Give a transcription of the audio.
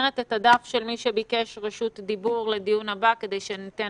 מי שביקש רשות דיבור היום ולא